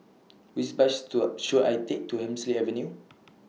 Which Bus stood should I Take to Hemsley Avenue